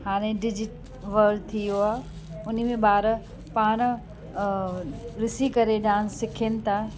हाणे ॾिजी वर्ड थी वियो आहे उनमें ॿार पाण ॾिसी करे डांस सिखन था